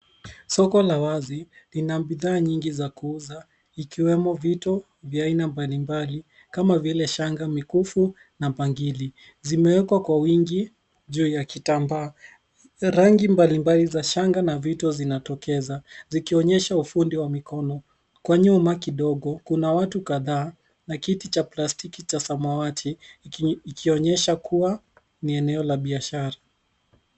Soko la wazi lina bidhaa nyingi za kuuza, ikiwemo vito vya aina mbalimbali kama vile shanga, mikufu na bangili. Zimewekwa kwa wingi juu ya kitambaa. Rangi mbalimbali za shanga na vito zinatokeza, zikionyesha ufundi wa mikono. Kwa nyuma kidogo, kuna watu kadhaa na kiti cha plastiki cha samawati, ikionyesha kuwa ni eneo la biashara.